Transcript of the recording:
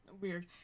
weird